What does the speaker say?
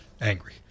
angry